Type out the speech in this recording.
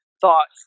thoughts